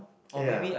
ya